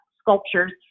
sculptures